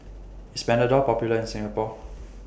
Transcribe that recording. IS Panadol Popular in Singapore